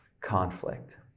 Conflict